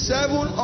Seven